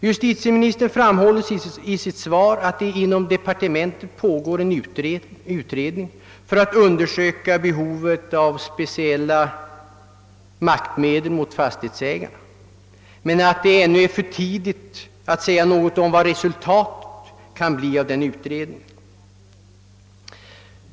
Justitieministern framhåller i sitt svar att det inom departementet pågår en utredning för att undersöka behovet av speciella maktmedel mot fastighetsägarna, men att det ännu är för tidigt att säga något om vad resultatet kan bli av denna utredning.